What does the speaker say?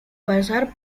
pasar